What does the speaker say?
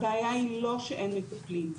הבעיה היא לא שאין מטפלים,